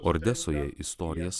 ordesoje istorijas